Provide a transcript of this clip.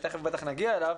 שתיכף בטח נגיע אליו,